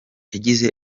yagize